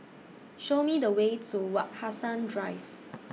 Show Me The Way to Wak Hassan Drive